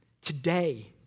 today